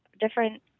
different